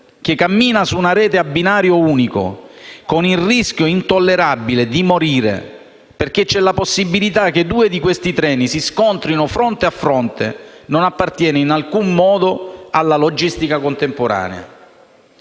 che cammina su una rete a binario unico, con il rischio intollerabile di morire perché c'è la possibilità che due di questi treni si scontrino fronte a fronte, non appartiene in alcun modo alla logistica contemporanea.